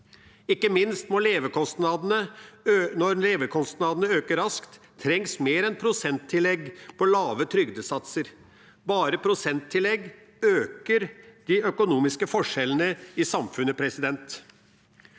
Ikke minst når levekostnadene øker raskt. Da trengs mer enn prosenttillegg på lave trygdesatser. Hvis det bare gis prosenttillegg, øker de økonomiske forskjellene i samfunnet. Mange